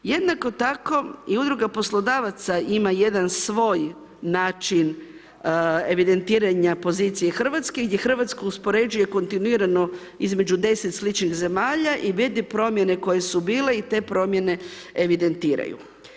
Jednako tako i Udruga poslodavaca ima jedan svoj način evidentiranja pozicije RH gdje RH uspoređuje kontinuirano između 10 sličnih zemalja i vidi promjene koje su bile i te promjene evidentiraju.